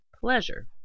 pleasure